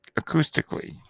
acoustically